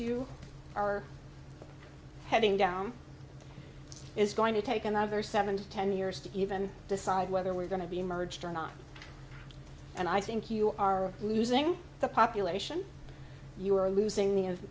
you are heading down is going to take another seven to ten years to even decide whether we're going to be merged or not and i think you are losing the population you are losing the